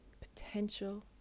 potential